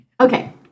Okay